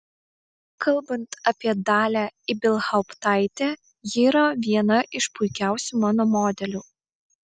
kalbant apie dalią ibelhauptaitę ji yra viena iš puikiausių mano modelių